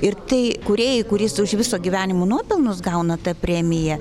ir tai kūrėjui kuris už viso gyvenimo nuopelnus gauna tą premiją